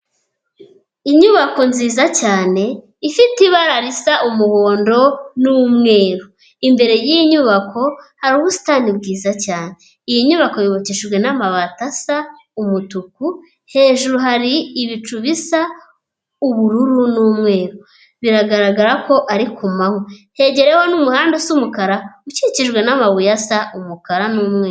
Inyubako nziza cyane, ifite ibara risa umuhondo n'umweru. Imbere yiyi nyubako hari ubusitani bwiza cyane, iyi nyubako yubakishijwe n'amabati asa umutuku, hejuru hari ibicu bisa ubururu n'umweru, biragaragara ko ari ku manywa. Hegereyeho n'umuhanda usa umukara, ukikijwe n'amabuye asa umukara n'umweru.